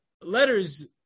letters